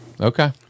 Okay